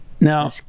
now